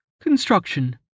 Construction